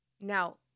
Now